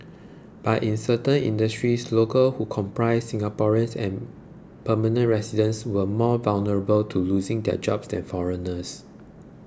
but in certain industries locals who comprise Singaporeans and permanent residents were more vulnerable to losing their jobs than foreigners